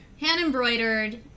Hand-embroidered